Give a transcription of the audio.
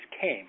came